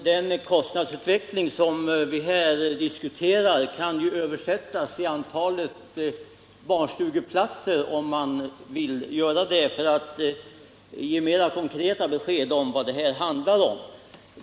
Herr talman! Den kostnadsutveckling som vi här diskuterar kan översättas i termer av antalet barnstugeplatser om man vill ge en mera konkret föreställning om vad det här handlar om.